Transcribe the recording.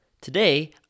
Today